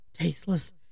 tasteless